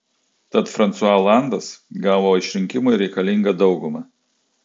tad fransua olandas gavo išrinkimui reikalingą daugumą